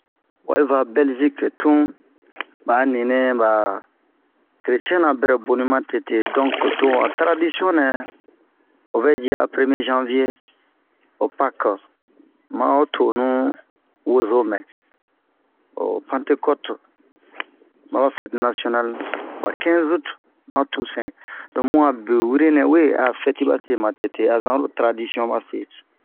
Oyiva Bɛlgike tun, ba'a ninɛ ba kereiɛn ra bɛrɛ boni matete.donk to ba taradisiɔn nɛ, ovɛ yi a peremiye zanvie, ho pake, maho tonu wozomɛ, ho pantekɔte, maba fɛti nasiɔnali, ba kɛnze ute, ma ho tusɛn, to bun a be wurenɛ we a fɛte base matete azan oro taradisiɔn ba se.